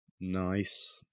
Nice